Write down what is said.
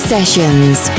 Sessions